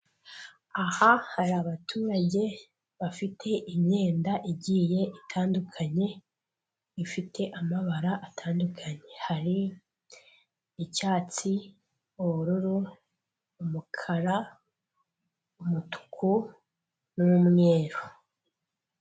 Aha hari abaturage bafite imyenda igiye itandukanye ifite amabara atandukanye hari icyatsi, ubururu, umukara, umutuku n'umweru.